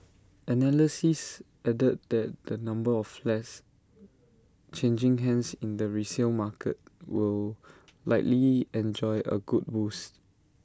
analysts added that the number of flats changing hands in the resale market will likely enjoy A good boost